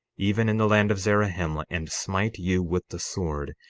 even in the land of zarahemla, and smite you with the sword,